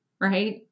Right